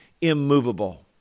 immovable